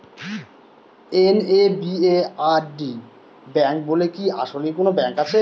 NABARD bank বলে কি আসলেই কোনো ব্যাংক আছে?